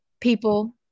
people